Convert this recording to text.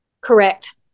Correct